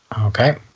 okay